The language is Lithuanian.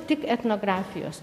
tik etnografijos